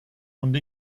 und